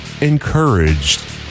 encouraged